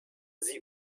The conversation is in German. sie